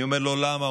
אני שואל למה,